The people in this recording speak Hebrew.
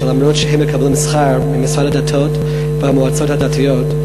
למרות שהם מקבלים שכר ממשרד הדתות והמועצות הדתיות,